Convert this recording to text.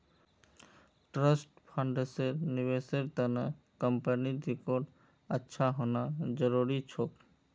trust फंड्सेर निवेशेर त न कंपनीर रिकॉर्ड अच्छा होना जरूरी छोक